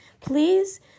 Please